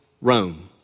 Rome